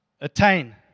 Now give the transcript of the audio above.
attain